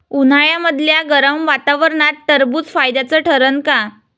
उन्हाळ्यामदल्या गरम वातावरनात टरबुज फायद्याचं ठरन का?